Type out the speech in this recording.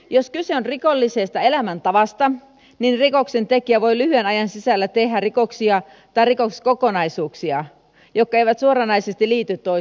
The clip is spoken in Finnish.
jos kyse on rikollisesta elämäntavasta rikoksentekijä voi lyhyen ajan sisällä tehdä rikoksia tai rikoskokonaisuuksia jotka eivät suoranaisesti liity toisiinsa